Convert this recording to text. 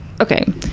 okay